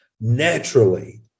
naturally